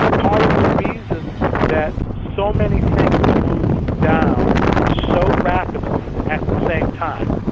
part of the reason that so many things moved down so rapidly at the same time,